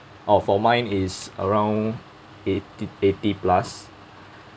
oh for mine is around eighty eighty plus